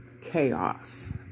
chaos